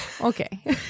Okay